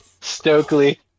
Stokely